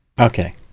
Okay